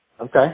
okay